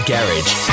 Garage